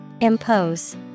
Impose